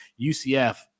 UCF